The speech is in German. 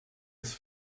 ist